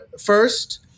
first